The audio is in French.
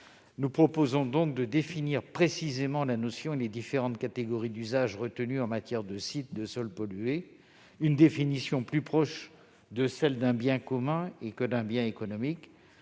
Nous proposons ainsi de définir précisément la notion et les différentes catégories d'usage retenues en matière de sites et sols pollués. La définition serait plus proche de celle d'un bien commun que de celle d'un bien économique.